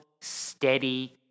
steady